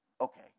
okay